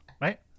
right